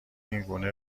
اینگونه